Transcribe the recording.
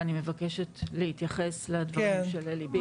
ואני מבקשת להתייחס לדברים של אלי בין.